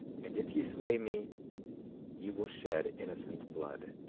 and if ye slay me ye will shed innocent blood,